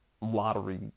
lottery